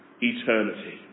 eternity